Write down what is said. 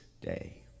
day